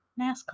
NASCAR